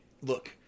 Look